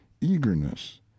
eagerness